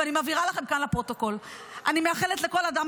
ואני מבהירה לכם כאן לפרוטוקול: אני מאחלת לכל אדם